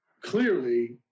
clearly